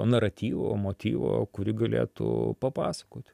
naratyvo motyvo kurį galėtų papasakoti